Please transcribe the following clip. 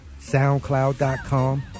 soundcloud.com